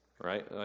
right